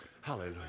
Hallelujah